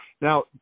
Now